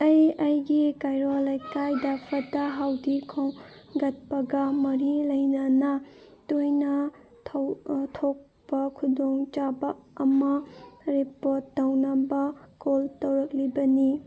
ꯑꯩ ꯑꯩꯒꯤ ꯀꯩꯔꯣꯜ ꯂꯩꯀꯥꯏꯗ ꯐꯠꯇ ꯍꯥꯎꯗꯤ ꯈꯣꯝꯒꯠꯄꯒ ꯃꯔꯤ ꯂꯩꯅꯅ ꯇꯣꯏꯅ ꯊꯣꯛꯄ ꯈꯨꯗꯣꯡ ꯆꯥꯕ ꯑꯃ ꯔꯤꯄꯣꯔꯠ ꯇꯧꯅꯕ ꯀꯣꯜ ꯇꯧꯔꯛꯂꯤꯕꯅꯤ